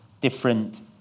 different